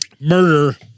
Murder